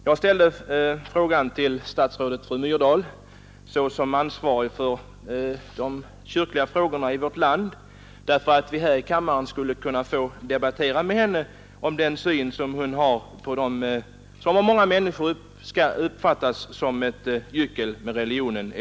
Jag ställde frågan till statsrådet fru Myrdal såsom ansvarig för de kyrkliga frågorna i vårt land för att vi här i kammaren skulle få besked om hennes syn på den senaste julkalendern i TV, som av många människor uppfattas som ett gyckel med religionen.